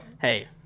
Hey